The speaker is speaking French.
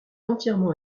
entièrement